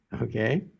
okay